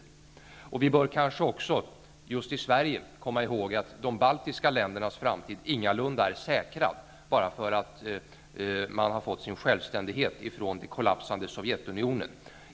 Vi bör kanske också just i Sverige komma ihåg att de baltiska ländernas framtid ingalunda är säkrad bara för att man har fått sin självständighet ifrån den kollapsande Sovjetunionen.